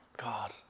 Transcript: God